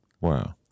Wow